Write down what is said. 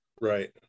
Right